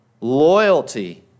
loyalty